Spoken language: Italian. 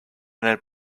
nel